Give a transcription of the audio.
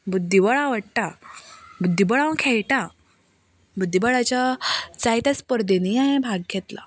बुद्धिबळ आवडटा बुद्धीबळ हांव खेळटां बुद्धीबळाच्या जायते स्पर्धेंनी हांवें भाग घेतला